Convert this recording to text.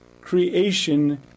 creation